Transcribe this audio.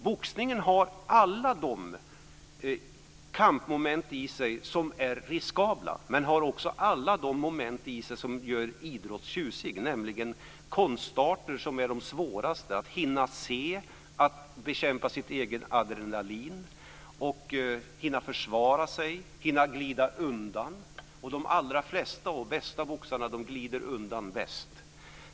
Boxningen har alla de kampmoment i sig som är riskabla men också alla de moment i sig som gör idrott tjusig, nämligen konstarter som är de svåraste: att hinna se, bekämpa sitt eget adrenalin, hinna försvara sig, hinna glida undan. De allra flesta och bästa boxarna glider undan bäst.